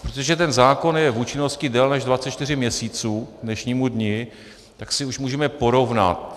Protože ten zákon je v účinnosti déle než 24 měsíců k dnešnímu dni, tak si už můžeme porovnat.